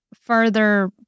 further